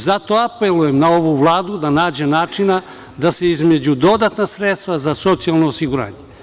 Zato apelujem na ovu Vladu da nađe načina da se izdvoje dodatna sredstva za socijalno osiguranje.